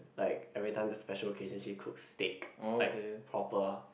like everytime there's special occasion she cooks steak like proper